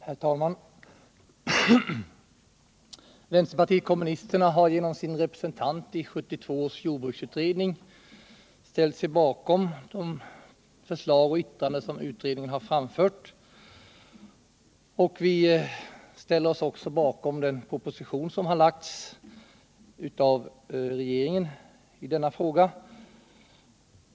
Herr talman! Vänsterpartiet kommunisterna har genom sin representant i 1972 års jordbruksutredning ställt sig bakom de förslag och yttranden som utredningen har framfört, och vi ställer oss också bakom den proposition som lagts fram av regeringen i denna fråga.